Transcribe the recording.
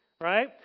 right